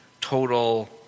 total